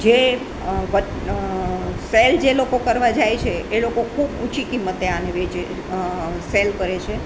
જે સેલ જે લોકો કરવા જાય છે એ લોકો ખૂબ ઊંચી કિંમતે આને વેચે સેલ કરે છે